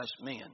men